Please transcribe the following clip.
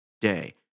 day